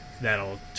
that'll